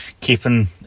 keeping